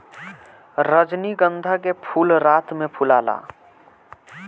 रजनीगंधा के फूल रात में फुलाला